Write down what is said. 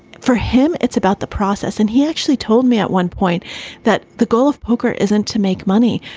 for him, it's about the process. and he actually told me at one point that the goal of poker isn't to make money,